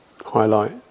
highlight